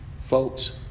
folks